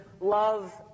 love